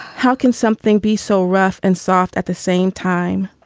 how can something be so rough and soft at the same time?